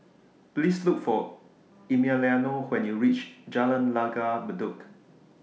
Please Look For Emiliano when YOU REACH Jalan Langgar Bedok